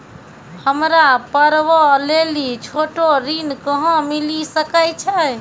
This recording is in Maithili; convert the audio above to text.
हमरा पर्वो लेली छोटो ऋण कहां मिली सकै छै?